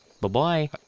Bye-bye